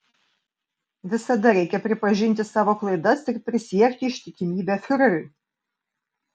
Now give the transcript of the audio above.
visada reikia pripažinti savo klaidas ir prisiekti ištikimybę fiureriui